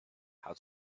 how